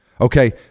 okay